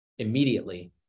Immediately